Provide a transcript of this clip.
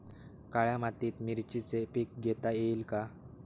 काळ्या मातीत मिरचीचे पीक घेता येईल का?